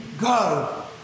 go